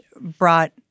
brought